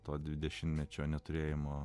to dvidešimtmečio neturėjimo